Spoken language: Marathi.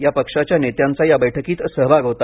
या पक्षाच्या नेत्यांचा या बैठकीत सहभाग घेतला